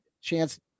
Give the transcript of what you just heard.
chance